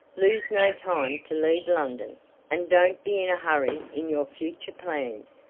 lose no time to leave london and don't be in a hurry in your future plans.